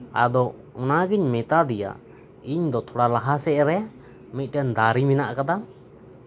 ᱟᱫᱚ ᱚᱱᱟᱜᱤᱧ ᱢᱮᱛᱟᱫᱮᱭᱟ ᱤᱧ ᱫᱚ ᱛᱷᱚᱲᱟ ᱞᱟᱦᱟ ᱥᱮᱡ ᱨᱮ ᱢᱤᱫᱴᱟᱝ ᱫᱟᱨᱮ ᱢᱮᱱᱟᱜ ᱟᱠᱟᱫᱟ